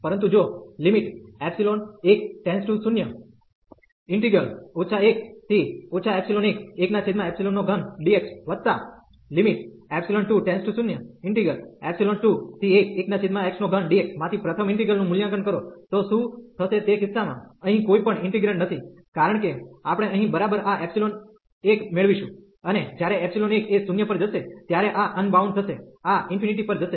પરંતુ જો 1→0⁡ 1 11x3dx2→0⁡211x3dx માંથી પ્રથમ ઈન્ટિગ્રલ નું મૂલ્યાંકન કરો તો શું થશે તે કિસ્સામાં અહીં કોઈ પણ ઈન્ટિગ્રેન્ડ નથી કારણ કે આપણે અહીં બરાબર આ1 મેળવીશું અને જ્યારે 1 એ 0 પર જશે ત્યારે આ અનબાઉન્ડ થશે આ ∞ પર જશે